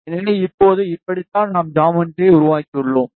எனவே இப்போது இப்படித்தான் நாம் ஜாமெட்ரியை உருவாக்கியுள்ளோம்